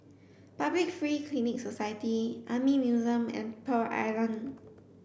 Public Free Clinic Society Army Museum and Pearl Island